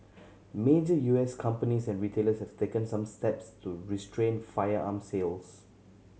major U S companies and retailers have taken some steps to restrict firearm sales